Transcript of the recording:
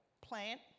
plant